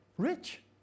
rich